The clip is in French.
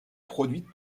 produite